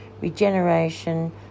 regeneration